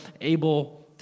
able